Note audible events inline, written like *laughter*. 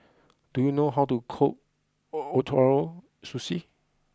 do you know how to cook *hesitation* Ootoro Sushi